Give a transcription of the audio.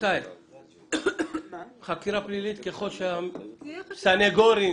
חקירה פלילית, ככל שהסנגורים